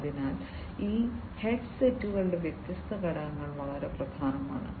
അതിനാൽ ഈ ഹെഡ്സെറ്റുകളുടെ വ്യത്യസ്ത ഘടകങ്ങൾ വളരെ പ്രധാനമാണ്